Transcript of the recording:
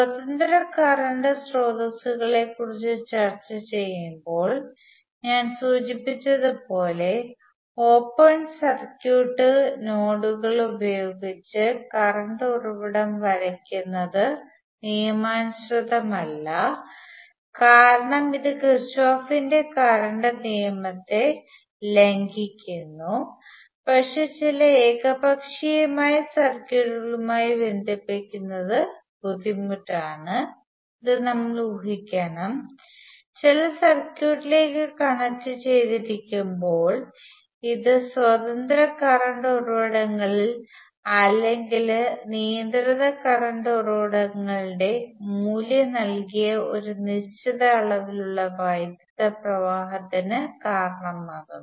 സ്വതന്ത്ര കറന്റ് സ്രോതസ്സുകളെക്കുറിച്ച് ചർച്ചചെയ്യുമ്പോൾ ഞാൻ സൂചിപ്പിച്ചതുപോലെ ഓപ്പൺ സർക്യൂട്ട് നോഡുകളുപയോഗിച്ച് കറണ്ട് ഉറവിടം വരയ്ക്കുന്നത് നിയമാനുസൃതമല്ല കാരണം ഇത് കിർചോഫിന്റെ കറണ്ട് നിയമത്തെ ലംഘിക്കുന്നു പക്ഷേ ചില ഏകപക്ഷീയമായ സർക്യൂട്ടുകളുമായി ബന്ധിപ്പിക്കുന്നത് ബുദ്ധിമുട്ടാണ് ഇത് നമ്മൾ ഊഹിക്കണം ചില സർക്യൂട്ടിലേക്ക് കണക്റ്റുചെയ്തിരിക്കുമ്പോൾ ഇത് സ്വതന്ത്ര കറണ്ട് ഉറവിടത്തിന്റെ അല്ലെങ്കിൽ നിയന്ത്രിത കറണ്ട് ഉറവിടത്തിന്റെ മൂല്യം നൽകിയ ഒരു നിശ്ചിത അളവിലുള്ള വൈദ്യുത പ്രവാഹത്തിന് കാരണമാകുന്നു